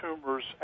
tumors